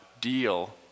deal